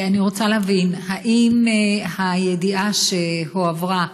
אני רוצה להבין: האם הידיעה שהועברה,